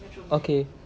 okay